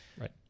right